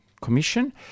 Commission